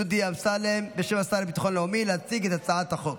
דודי אמסלם בשם השר לביטחון לאומי להציג את הצעת החוק.